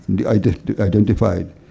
identified